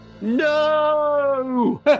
No